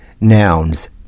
nouns